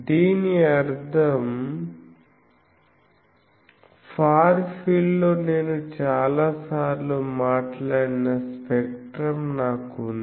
దీని అర్థం far field లో నేను చాలా సార్లు మాట్లాడిన స్పెక్ట్రం నాకు ఉంది